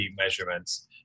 measurements